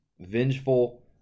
vengeful